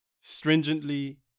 stringently